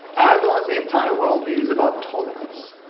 erdogan's entire worldview is about tolerance,